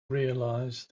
realise